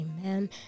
Amen